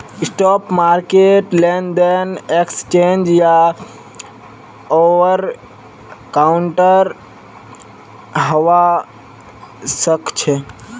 spot market लेनदेन exchange या over the counter हवा सक्छे